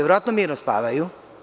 Verovatno mirno spavaju.